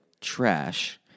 trash